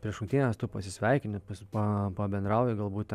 prieš rungtynes tu pasisveikini pa pabendrauji galbūt